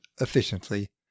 efficiently